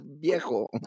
viejo